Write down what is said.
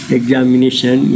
examination